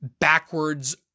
backwards